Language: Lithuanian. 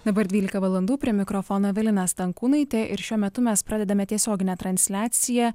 dabar dvylika valandų prie mikrofono evelina stankūnaitė ir šiuo metu mes pradedame tiesioginę transliaciją